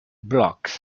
blocks